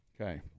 Okay